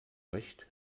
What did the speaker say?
recht